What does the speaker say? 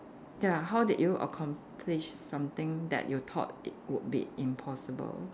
ya how did you accomplish something that you thought it would be impossible